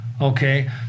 Okay